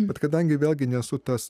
bet kadangi vėlgi nesu tas